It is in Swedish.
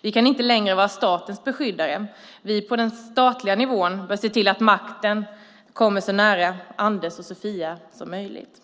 Vi kan inte längre vara statens beskyddare. Vi på den statliga nivån bör se till att makten kommer så nära Anders och Sofia som möjligt.